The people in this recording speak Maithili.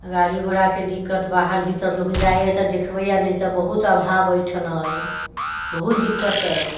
गाड़ी घोड़ाके दिक्कत बाहर भीतर लोक जाइए तऽ देखबैए नहि तऽ बहुत अभाव अइ अइठना अइ बहुत दिक्कत अइ